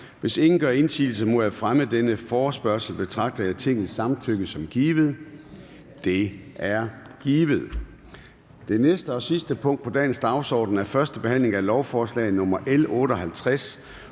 Hvis ingen gør indsigelse mod fremme af denne forespørgsel, betragter jeg Tingets samtykke som givet. Det er givet. --- Det sidste punkt på dagsordenen er: 3) 1. behandling af lovforslag nr. L 58: